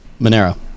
Monero